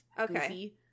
okay